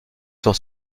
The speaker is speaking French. sur